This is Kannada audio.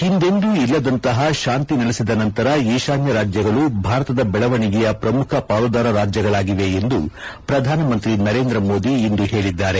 ಹಿಂದೆಂದೂ ಇಲ್ಲದಂತಹ ಶಾಂತಿ ನೆಲೆಸಿದ ನಂತರ ಈಶಾನ್ಯ ರಾಜ್ಯಗಳು ಭಾರತದ ಬೆಳವಣಿಗೆಯ ಪ್ರಮುಖ ಪಾಲುದಾರ ರಾಜ್ಯಗಳಾಗಿವೆ ಎಂದು ಪ್ರಧಾನಮಂತ್ರಿ ನರೇಂದ್ರ ಮೋದಿ ಇಂದು ಹೇಳಿದ್ದಾರೆ